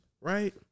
right